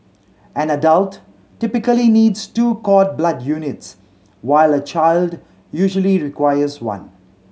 an adult typically needs two cord blood units while a child usually requires one